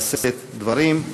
לשאת דברים.